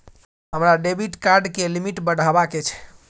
हमरा debit card के limit बढावा के छै